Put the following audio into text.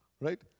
right